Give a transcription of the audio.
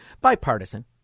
bipartisan